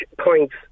points